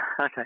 Okay